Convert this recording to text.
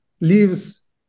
leaves